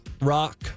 rock